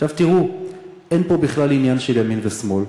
עכשיו תראו, אין פה בכלל עניין של ימין ושמאל.